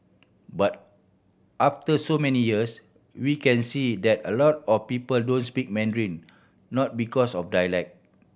but after so many years we can see that a lot of people don't speak Mandarin not because of dialect